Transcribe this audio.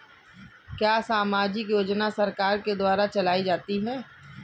क्या सामाजिक योजना सरकार के द्वारा चलाई जाती है?